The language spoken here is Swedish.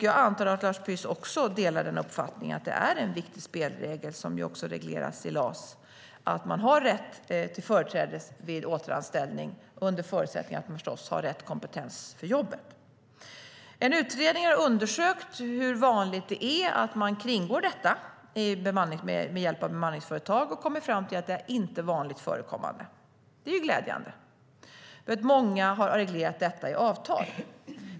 Jag antar att Lars Püss delar uppfattningen att det är en viktig spelregel, som ju också regleras i LAS, att man har rätt till företräde vid återanställning under förutsättning, förstås, att man har rätt kompetens för jobbet. En utredning har undersökt hur vanligt det är att man kringgår detta med hjälp av bemanningsföretag och kommit fram till att det inte är vanligt förekommande. Det är glädjande. Många har reglerat detta i avtal.